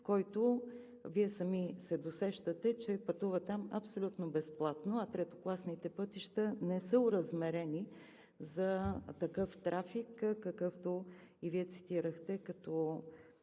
който Вие сам се досещате, че пътува там абсолютно безплатно, а третокласните пътища не са оразмерени за такъв трафик, какъвто и Вие цитирахте като